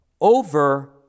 over